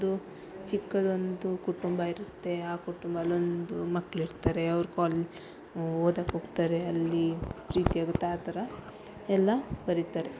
ಒಂದು ಚಿಕ್ಕದೊಂದು ಕುಟುಂಬ ಇರುತ್ತೆ ಆ ಕುಟುಂಬದಲೊಂದು ಮಕ್ಕ್ಳು ಇರ್ತಾರೆ ಅವ್ರು ಕಾಲ್ ಓದಕ್ಕೆ ಹೋಗ್ತಾರೆ ಅಲ್ಲಿ ಪ್ರೀತಿ ಆಗುತ್ತೆ ಆ ಥರ ಎಲ್ಲ ಬರೀತಾರೆ